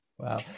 Wow